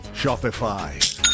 Shopify